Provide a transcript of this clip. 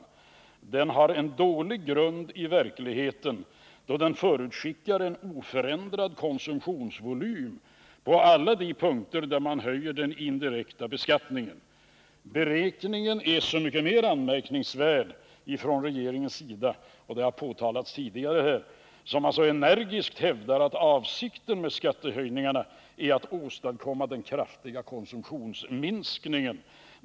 Den beräkningen har en dålig grund i verkligheten, då den förutsätter en oförändrad konsumtionsvolym på alla de punkter där den indirekta beskattningen höjs. Beräkningen från regeringens sida är så mycket mer anmärkningsvärd — och det har påtalats tidigare — som man så energiskt hävdar att avsikten med skattehöjningarna är att åstadkomma en kraftig konsumtionsminskning.